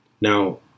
Now